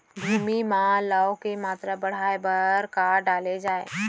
भूमि मा लौह के मात्रा बढ़ाये बर का डाले जाये?